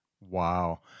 Wow